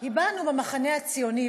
הבענו במחנה הציוני,